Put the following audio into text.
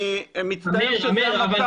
אני מצטער שזה המצב,